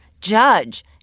judge